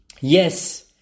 yes